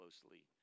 closely